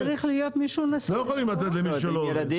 אי אפשר לתת למי שלא עובד.